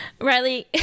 riley